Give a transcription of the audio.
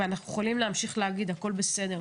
ואנחנו יכולים להמשיך להגיד: הכול בסדר,